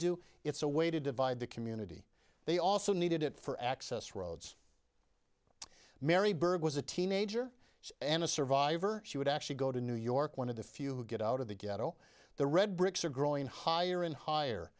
do it's a way to divide the community they also needed it for access roads mary berg was a teenager and a survivor she would actually go to new york one of the few get out of the ghetto the red bricks are growing higher and higher